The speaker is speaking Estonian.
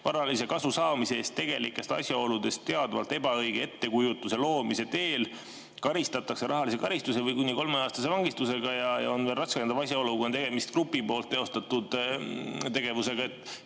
varalise kasu saamise eest tegelikest asjaoludest teadvalt ebaõige ettekujutuse loomise teel karistatakse rahalise karistuse või kuni kolmeaastase vangistusega. Ja on ka raskendav asjaolu: kui on tegemist grupi poolt teostatud tegevusega.